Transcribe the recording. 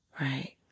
right